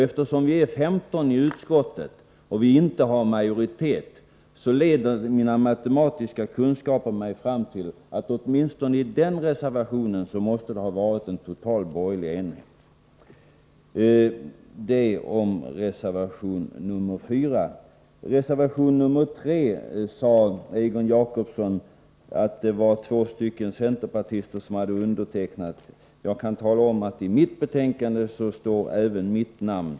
Eftersom vi är 15 i utskottet och vi inte har majoritet, leder mina matematiska kunskaper mig fram till att det åtminstone i den reservationen måste ha varit en total borgerlig enighet. — Detta om reservation 4. Egon Jacobsson sade att det var två centerpartister som hade undertecknat reservation 3. Jag kan tala om att i mitt betänkande står även mitt namn.